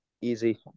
easy